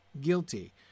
guilty